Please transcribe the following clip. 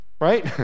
right